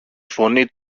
φωνή